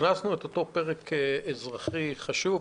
הכנסנו את אותו פרק אזרחי חשוב.